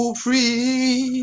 free